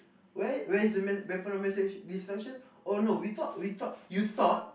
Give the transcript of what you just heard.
where where is mass weapon of mass destruction oh no we thought we thought you thought